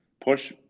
push